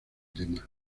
tema